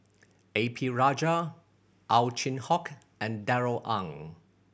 A P Rajah Ow Chin Hock and Darrell Ang